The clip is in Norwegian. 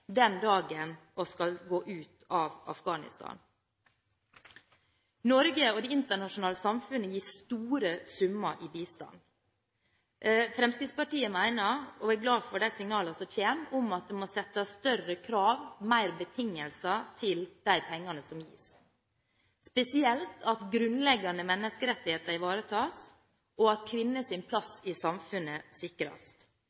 den dagen vi skal gå ut av Afghanistan. Norge og det internasjonale samfunnet gir store summer i bistand. Fremskrittspartiet mener og er glad for de signalene som kommer om at en må stille større krav, flere betingelser til de pengene som gis, spesielt til at grunnleggende menneskerettigheter ivaretas, og at